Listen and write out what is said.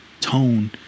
tone